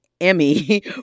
Emmy